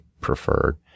preferred